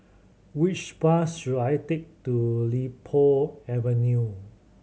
which bus should I take to Li Po Avenue